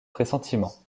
pressentiments